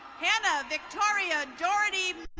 jannah victoria doherty,